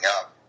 up